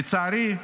לצערי,